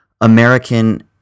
American